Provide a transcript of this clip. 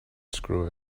screw